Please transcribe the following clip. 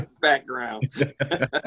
background